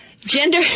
gender